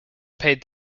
paid